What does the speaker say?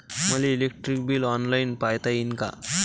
मले electric bill online पायता येईन का?